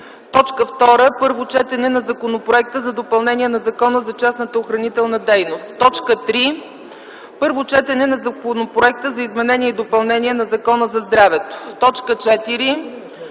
каса. 2. Първо четене на Законопроекта за допълнение на Закона за частната охранителна дейност. 3. Първо четене на Законопроекта за изменение и допълнение на Закона за здравето –